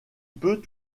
peut